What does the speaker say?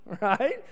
right